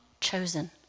chosen